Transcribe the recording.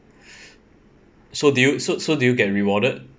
so do you so so do you get rewarded